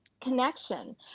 connection